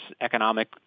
economic